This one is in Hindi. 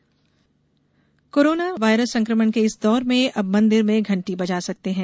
मंदिर घंटी कोरोना वायरस संक्रमण के इस दौर में अब मंदिर में घंटी भी बजा सकते हैं